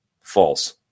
False